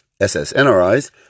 SSNRIs